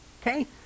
Okay